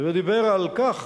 ודיבר על כך